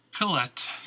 Colette